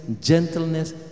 gentleness